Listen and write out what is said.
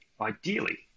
ideally